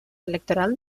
electoral